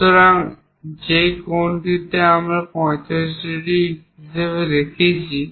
সুতরাং সেই কোণটিকে আমরা 45 ডিগ্রি হিসাবে দেখাচ্ছি